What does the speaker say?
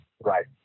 Right